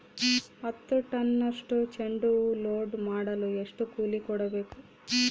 ಹತ್ತು ಟನ್ನಷ್ಟು ಚೆಂಡುಹೂ ಲೋಡ್ ಮಾಡಲು ಎಷ್ಟು ಕೂಲಿ ಕೊಡಬೇಕು?